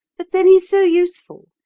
but then he's so useful.